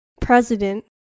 President